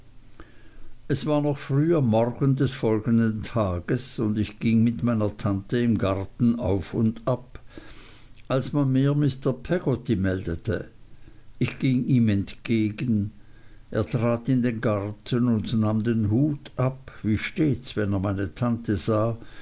es war noch früh am morgen des folgenden tages und ich ging mit meiner tante im garten auf und ab als man mir mr peggotty meldete ich ging ihm entgegen er trat in den garten und nahm den hut ab wie stets wenn er meine tante sah